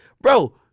Bro